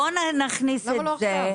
בוא נכניס את זה.